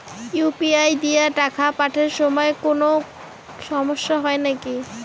UPI দিয়া টাকা পাঠের সময় কোনো সমস্যা হয় নাকি?